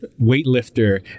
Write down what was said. weightlifter